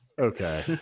Okay